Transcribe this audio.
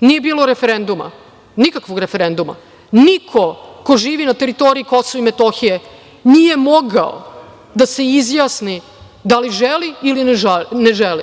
Nije bilo referenduma, nikakvog referenduma. Niko ko živi na teritoriji Kosova i Metohije nije mogao da se izjasni da li želi ili ne